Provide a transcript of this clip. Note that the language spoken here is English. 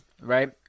right